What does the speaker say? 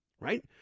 Right